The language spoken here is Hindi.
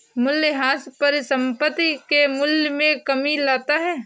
मूलयह्रास परिसंपत्ति के मूल्य में कमी लाता है